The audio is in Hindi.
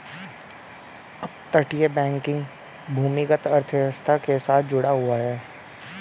अपतटीय बैंकिंग भूमिगत अर्थव्यवस्था के साथ जुड़ा हुआ है